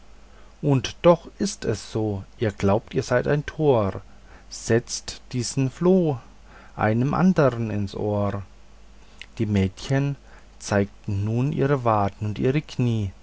und doch ist es so ihr glaubt ich sei ein tor setzt diesen floh einem andern ins ohr die mädchen zeigten nun ihre wade und ihr knie